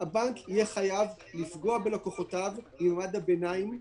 הבנק יהיה חייב לפגוע בלקוחותיו ממעמד הביניים,